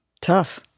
tough